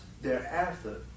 thereafter